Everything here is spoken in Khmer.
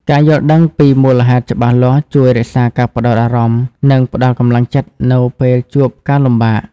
ការយល់ដឹងពីមូលហេតុច្បាស់លាស់ជួយរក្សាការផ្តោតអារម្មណ៍ និងផ្តល់កម្លាំងចិត្តនៅពេលជួបការលំបាក។